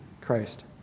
Christ